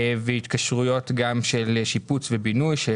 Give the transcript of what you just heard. והתקשרויות גם של שיפוץ ובינוי שהם